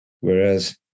whereas